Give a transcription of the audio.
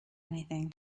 anything